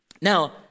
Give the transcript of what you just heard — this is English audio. now